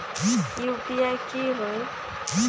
UPI की होई?